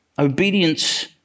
obedience